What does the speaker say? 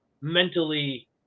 mentally